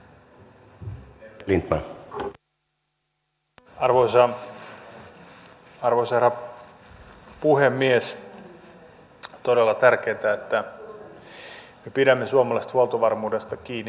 on todella tärkeätä että me pidämme suomalaisesta huoltovarmuudesta kiinni